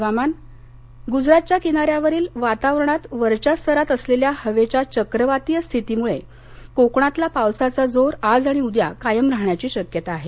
हवामान गुजरातच्या किनाऱ्यावरील वातावरणात वरच्या स्तरात असलेल्या हवेच्या चक्रवातीय स्थितीमुळे कोकणातला पावसाचा जोर आज आणि उद्या कायम राहण्याची शक्यता आहे